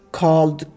called